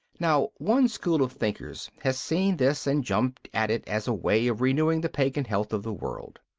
now, one school of thinkers has seen this and jumped at it as a way of renewing the pagan health of the world.